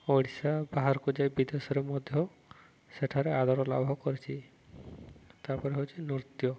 ଓଡ଼ିଶା ବାହାରକୁ ଯାଇ ବିଦେଶରେ ମଧ୍ୟ ସେଠାରେ ଆଦର ଲାଭ କରିଛି ତା'ପରେ ହେଉଛି ନୃତ୍ୟ